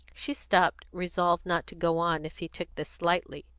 she stopped, resolved not to go on if he took this lightly,